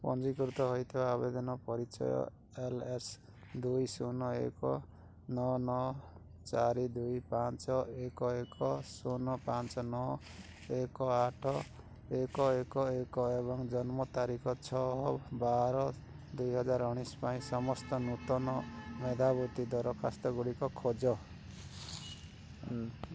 ପଞ୍ଜୀକୃତ ହୋଇଥିବା ଆବେଦନ ପରିଚୟ ଏଲ୍ ଏସ୍ ଦୁଇ ଶୂନ ଏକ ନଅ ନଅ ଚାରି ଦୁଇ ପାଞ୍ଚ ଏକ ଏକ ଶୂନ ପାଞ୍ଚ ନଅ ଏକ ଆଠ ଏକ ଏକ ଏକ ଏବଂ ଜନ୍ମ ତାରିଖ ଛଅ ବାର ଦୁଇହଜାର ଉଣେଇଶ ପାଇଁ ସମସ୍ତ ନୂତନ ମେଧାବୃତ୍ତି ଦରଖାସ୍ତଗୁଡ଼ିକ ଖୋଜ